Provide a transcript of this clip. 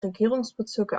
regierungsbezirke